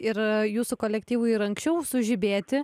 ir jūsų kolektyvui ir anksčiau sužibėti